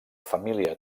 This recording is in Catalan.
família